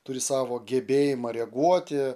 turi savo gebėjimą reaguoti